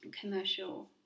commercial